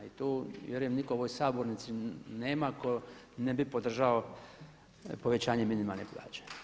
I tu vjerujem nikog u ovoj sabornici nema tko ne bi podržao povećanje minimalne plaće.